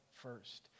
first